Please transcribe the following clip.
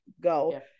go